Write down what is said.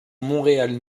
montréal